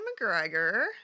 McGregor